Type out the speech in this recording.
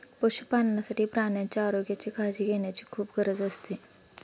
पशुपालनासाठी प्राण्यांच्या आरोग्याची काळजी घेण्याची खूप गरज असते